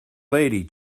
lady